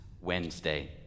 Wednesday